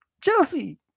Chelsea